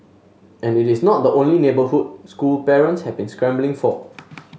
and it is not the only neighbourhood school parents have been scrambling for